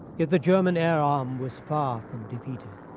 yet the german air arm was far from defeated.